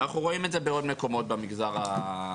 ואנחנו רואים את זה בעוד מקומות במגזר הציבורי,